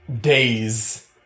days